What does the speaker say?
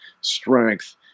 strength